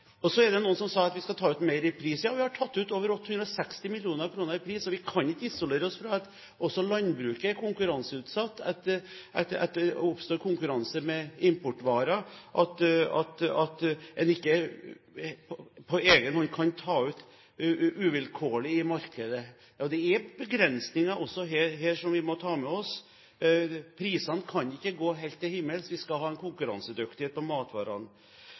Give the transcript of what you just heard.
viktig. Så er det noen som har sagt at vi skal ta ut mer i pris. Vi har tatt ut over 860 mill. kr i pris, og vi kan ikke isolere oss. Også landbruket er konkurranseutsatt. Det oppstår konkurranse med importvarer, slik at en på egen hånd ikke kan ta ut uvilkårlig i markedet. Det er begrensninger også her, som vi må ta med oss. Prisene kan ikke gå helt til himmels. Vi skal være konkurransedyktige når det gjelder matvarer. Jeg er opptatt av importvernet, men det som sikrer oss mulighetene til å ha